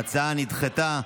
ההצעה נדחתה.